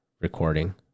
recording